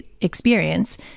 experience